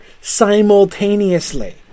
simultaneously